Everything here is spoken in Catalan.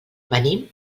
venim